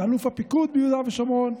ואלוף הפיקוד ביהודה ושומרון,